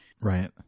right